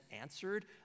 answered